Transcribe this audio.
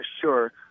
sure